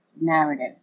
narrative